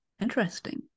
interesting